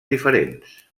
diferents